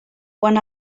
quan